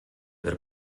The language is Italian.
per